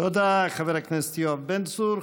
תודה, חבר הכנסת יואב בן צור.